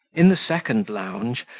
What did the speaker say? in the second lounge,